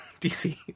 DC